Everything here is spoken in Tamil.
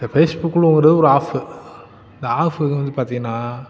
இந்த ஃபேஸ்புக்னு ஒரு ஒரு ஆஃபு இந்த ஆஃபுக்கு வந்து பார்த்தீங்கன்னா